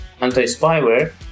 anti-spyware